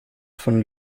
von